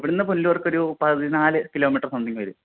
ഇവിടുന്ന് പുനലൂർക്ക് ഒരു പതിനാല് കിലോമീറ്റർ സംതിങ്ങ് വരും